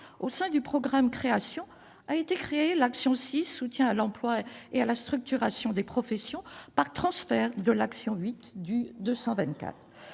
Au sein du programme « Création » a été créée l'action n° 06, Soutien à l'emploi et structurations des professions, par transfert de l'action n° 08